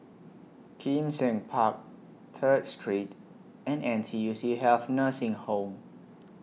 Kim Seng Park Third Street and N T U C Health Nursing Home